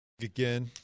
Again